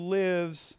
lives